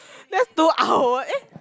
that's two hour eh